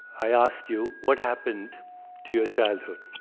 i ask you, what happened to your childhood?